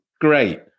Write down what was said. Great